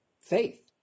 faith